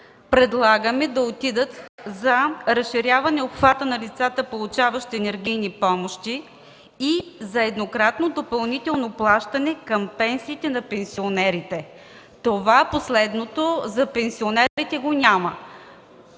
предлагаме да отидат за разширяване обхвата на лицата, получаващи енергийни помощи и за еднократно допълнително плащане към пенсиите на пенсионерите. Това последното за пенсионерите го няма.